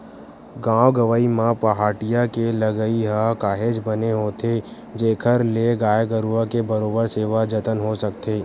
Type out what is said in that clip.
गाँव गंवई म पहाटिया के लगई ह काहेच बने होथे जेखर ले गाय गरुवा के बरोबर सेवा जतन हो सकथे